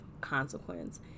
consequence